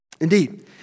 Indeed